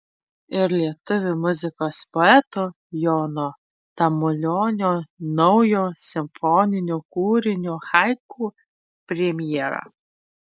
ir lietuvių muzikos poeto jono tamulionio naujo simfoninio kūrinio haiku premjera